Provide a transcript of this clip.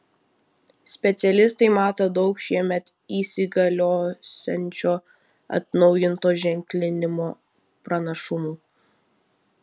specialistai mato daug šiemet įsigaliosiančio atnaujinto ženklinimo pranašumų